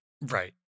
right